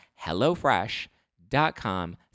HelloFresh.com